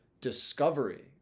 discovery